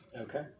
Okay